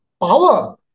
power